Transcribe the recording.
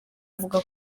avuga